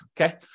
okay